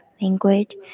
language